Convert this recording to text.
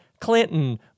Clinton